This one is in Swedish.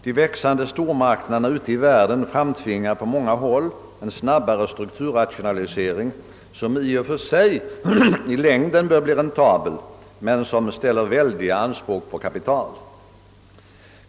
De växande stormarknaderna ute i världen framtvingar på många håll en snabbare strukturrationalisering, som i och för sig bör bli räntabel i längden, men som ställer stora anspråk på kapital.